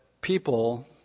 people